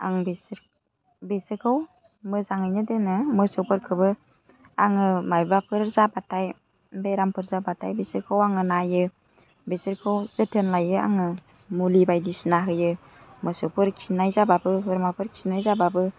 आं बेसोरखौ मोजाङैनो दोनो मोसौफोरखौबो आङो माबाफोर जाबाथाय बेरामफोर जाबाथाय बिसोरखौ आङो नायो बिसोरखौ जोथोन लायो आङो मुलि बायदिसिना होयो मोसौफोर खिनाय जाबाबो बोरमाफोर खिनाय जाबाबो